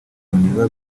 ntibiba